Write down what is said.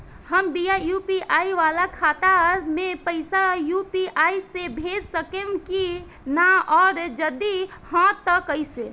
हम बिना यू.पी.आई वाला खाता मे पैसा यू.पी.आई से भेज सकेम की ना और जदि हाँ त कईसे?